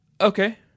Okay